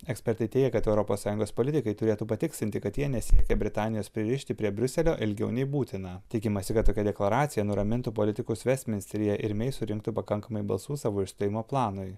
ekspertai teigia kad europos sąjungos politikai turėtų patikslinti kad jie nesiekia britanijos pririšti prie briuselio ilgiau nei būtina tikimasi kad tokia deklaracija nuramintų politikus vestminsteryje ir mei surinktų pakankamai balsų savo išstojimo planui